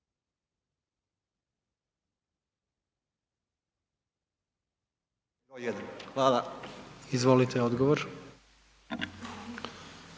Hvala. Izvolite, odgovor.